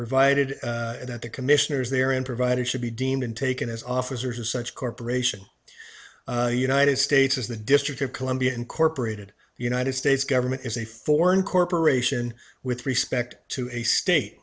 provided that the commissioners there and provided should be deemed and taken as officers as such corporation united states as the district of columbia incorporated the united states government as a foreign corporation with respect to a state